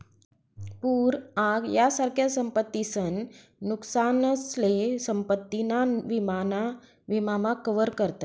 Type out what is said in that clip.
पूर आग यासारख्या आपत्तीसन नुकसानसले संपत्ती ना विमा मा कवर करतस